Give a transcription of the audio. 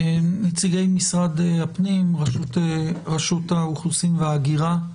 נציגי משרד הפנים, רשות האוכלוסין וההגירה,